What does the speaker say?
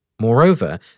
Moreover